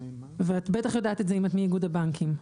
ואת בטח יודעת את זה אם את מאיגוד הבנקים.